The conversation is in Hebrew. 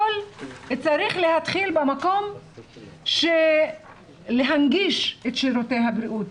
צריך להתחיל במקום של הנגשת שירותי הבריאות.